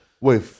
Wait